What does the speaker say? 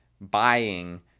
buying